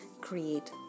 create